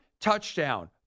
touchdown